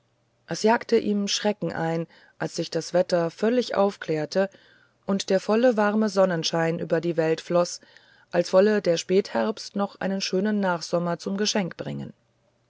es jagte ihm schrecken ein als sich das wetter völlig aufklärte und der volle warme sonnenschein über die welt floß als wolle der spätherbst noch einen schönen nachsommer zum geschenk bringen